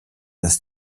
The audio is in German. dass